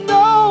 no